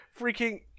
freaking